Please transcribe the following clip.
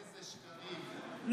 איזה שקרים.